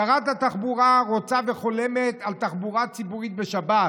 שרת התחבורה רוצה וחולמת על תחבורה ציבורית בשבת,